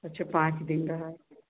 अच्छा पाँच दिन रहब